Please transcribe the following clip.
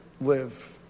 live